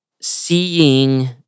Seeing